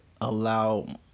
allow